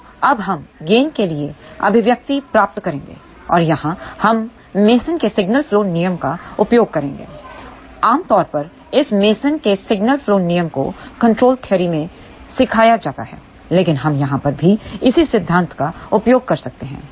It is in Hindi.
तो अब हम गेन के लिए अभिव्यक्ति प्राप्त करेंगे और यहाँ हम मेसन के सिग्नल फ्लो नियम का उपयोग करेंगेआम तौर पर इस मेसन के सिग्नल फ्लो नियम को कंट्रोल थिअरी में सिखाया जाता है लेकिन हम यहां पर भी इसी सिद्धांत का उपयोग कर सकते हैं